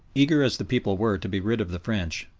eager as the people were to be rid of the french,